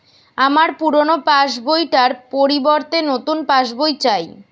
আমার পুরানো পাশ বই টার পরিবর্তে নতুন পাশ বই চাই